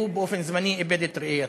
הוא באופן זמני איבד את ראייתו.